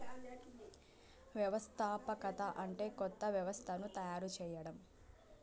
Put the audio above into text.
వ్యవస్థాపకత అంటే కొత్త వ్యవస్థను తయారు చేయడం